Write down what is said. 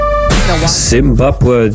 Zimbabwe